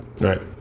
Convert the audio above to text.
Right